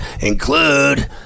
include